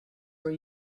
were